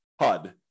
HUD